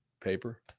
Paper